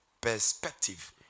perspective